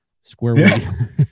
Square